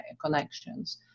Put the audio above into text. connections